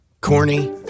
Corny